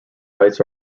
rites